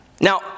Now